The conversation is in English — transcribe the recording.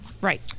Right